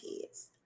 kids